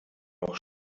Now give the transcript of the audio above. noch